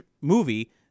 movie